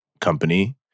company